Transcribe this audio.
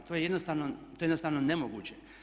To je jednostavno nemoguće.